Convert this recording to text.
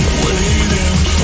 waiting